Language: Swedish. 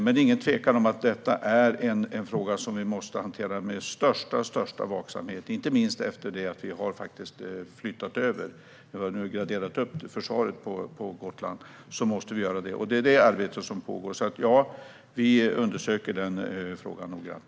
Det är ingen tvekan om att detta är en fråga som vi måste hantera med största vaksamhet, inte minst efter det att vi har graderat upp försvaret på Gotland. Detta arbete pågår, och vi undersöker frågan noggrant.